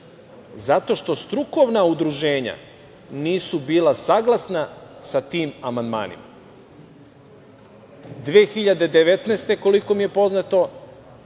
Zato što strukovna udruženja nisu bila saglasna sa tim amandmanima. Koliko mi je poznato,